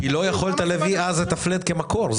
כי לא יכולת להביא אז את פלט כמקור.